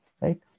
right